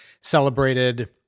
celebrated